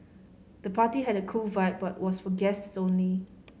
the party had a cool vibe but was for guests only